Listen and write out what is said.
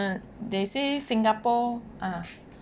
they say singapore ah